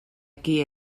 qui